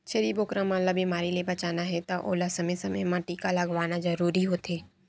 छेरी बोकरा मन ल बेमारी ले बचाना हे त ओला समे समे म टीका लगवाना जरूरी होथे